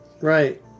Right